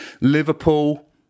Liverpool